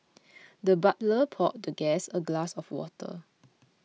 the butler poured the guest a glass of water